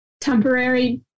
Temporary